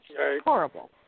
horrible